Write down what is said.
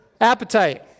appetite